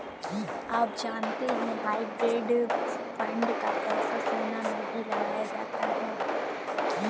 आप जानते है हाइब्रिड फंड का पैसा सोना में भी लगाया जाता है?